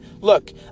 look